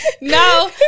No